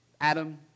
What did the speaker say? Adam